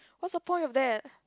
what's the point of that